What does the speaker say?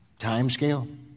timescale